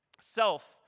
Self